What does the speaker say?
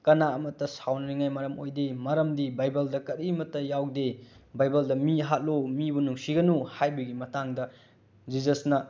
ꯀꯅꯥ ꯑꯃꯠꯇ ꯁꯥꯎꯅꯤꯡꯉꯥꯏ ꯃꯔꯝ ꯑꯣꯏꯗꯦ ꯃꯔꯝꯗꯤ ꯕꯥꯏꯕꯜꯗ ꯀꯔꯤꯃꯠꯇ ꯌꯥꯎꯗꯦ ꯕꯥꯏꯕꯜꯗ ꯃꯤ ꯍꯥꯠꯂꯨ ꯃꯤꯕꯨ ꯅꯨꯡꯁꯤꯒꯅꯨ ꯍꯥꯏꯕꯒꯤ ꯃꯇꯥꯡꯗ ꯖꯤꯖꯁꯅ